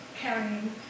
carrying